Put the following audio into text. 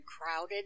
crowded